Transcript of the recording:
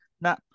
nah